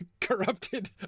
corrupted